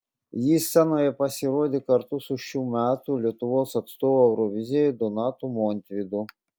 ji scenoje pasirodė kartu su šių metų lietuvos atstovu eurovizijoje donatu montvydu